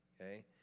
Okay